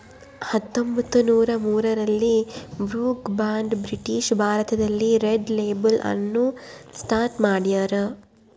ಹತ್ತೊಂಬತ್ತುನೂರ ಮೂರರಲ್ಲಿ Brooke Bond British ಭಾರತದಲ್ಲಿ ರೆಡ್ ಲೇಬಲ್ ಅನ್ನು ಸ್ಟಾರ್ಟ್ ಮಾಡ್ಯಾರ